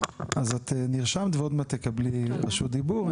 אז את נרשמת ועוד מעט תקבלי רשות דיבור.